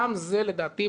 גם זה לדעתי,